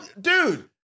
dude